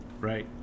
right